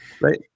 Right